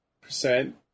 percent